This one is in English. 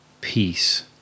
peace